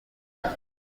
kwiga